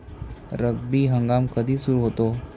रब्बी हंगाम कधी सुरू होतो?